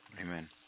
Amen